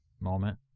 moment